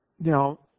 Now